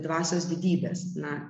dvasios didybės na